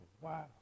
Wow